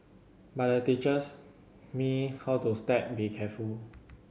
but the teachers me how to step be careful